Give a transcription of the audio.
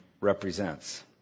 represents